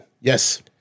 Yes